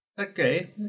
Okay